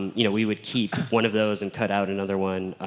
you know, we would keep one of those and cut out another one.